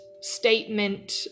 statement